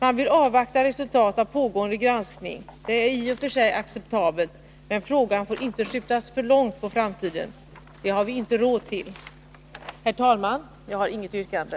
Man vill avvakta resultatet av pågående granskning. Det är i och för sig acceptabelt, men frågan får inte skjutas för långt på framtiden. Det har vi inte råd till. Herr talman! Jag har inget yrkande.